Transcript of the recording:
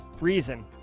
reason